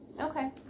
Okay